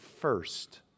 first